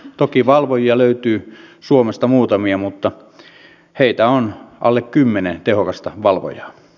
toki valvojia löytyy suomesta muutamia mutta heitä on alle kymmenen tehokasta valvojaa